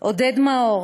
עודד מאור